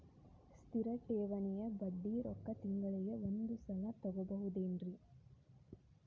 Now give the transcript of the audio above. ಸ್ಥಿರ ಠೇವಣಿಯ ಬಡ್ಡಿ ರೊಕ್ಕ ತಿಂಗಳಿಗೆ ಒಂದು ಸಲ ತಗೊಬಹುದೆನ್ರಿ?